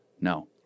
No